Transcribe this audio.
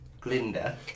Glinda